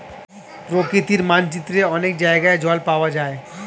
প্রকৃতির মানচিত্রে অনেক জায়গায় জল পাওয়া যায়